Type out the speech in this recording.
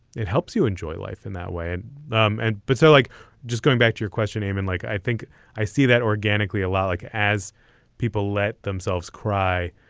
it helps you enjoy life in that way. and um and but so, like just going back to your question name and like, i think i see that organically alike as people let themselves cry.